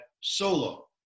solo